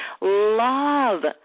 love